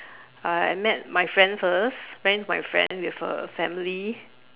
uh I met my friend first ran into my friend with her family